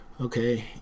Okay